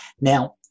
Now